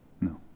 no